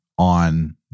on